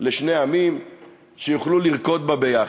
לשני עמים שיוכלו לרקוד בה ביחד.